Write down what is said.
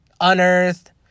Unearthed